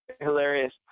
hilarious